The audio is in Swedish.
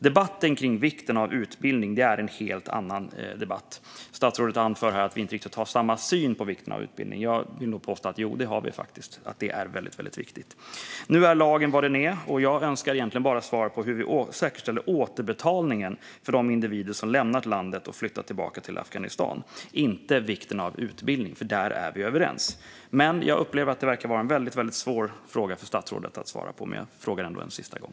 Debatten om vikten av utbildning är en helt annan debatt. Statsrådet anför här att vi inte riktigt har samma syn på vikten av utbildning, men jag vill påstå att vi faktiskt har samma syn, nämligen att utbildning är viktigt. Nu är lagen vad den är, och jag önskar bara svar på hur vi säkerställer återbetalning från de individer som har lämnat landet och flyttat tillbaka till Afghanistan, inte vikten av utbildning. Där är vi överens. Jag upplever att det här är en svår fråga för statsrådet att svara på, men jag frågar ändå en sista gång.